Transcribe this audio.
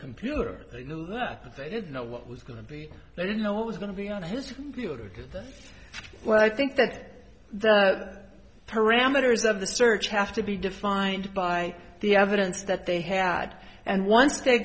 that but they didn't know what was going to be they didn't know what was going to be on his computer because that's what i think that that parameters of the search have to be defined by the evidence that they had and once they